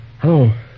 Hello